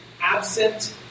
absent